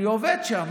אני עובד שם,